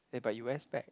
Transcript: eh but you wear specs